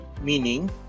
Meaning